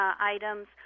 items